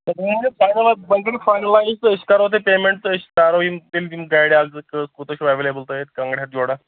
وۅنۍ کٔرِو فاینَل حظ وۅنۍ کٔرِو فاینلٲیِز تہٕ أسۍ کَرو تۄہہِ پیمینٛٹ تہٕ أسۍ تارو یِم تیٚلہِ یِم گاڑِ اَکھ زٕ تہٕ کوٗتاہ چھُ ایویلیبٕل تۄہہِ اَتہِ گانٛگرِ ہَتھ جوڑا